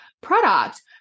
product